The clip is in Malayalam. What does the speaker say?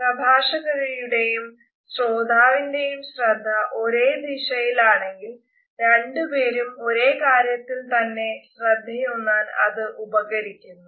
പ്രഭാഷകയുടെയും ശ്രോതാവിന്റെയും ശ്രദ്ധ ഒരേ ദിശയിലാണെങ്കിൽ രണ്ട് പേരും ഒരേ കാര്യത്തിൽ തന്നെ ശ്രദ്ധയൂന്നാൻ അത് ഉപകരിക്കുന്നു